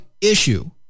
issue